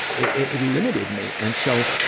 it limited me. and so,